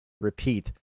Repeat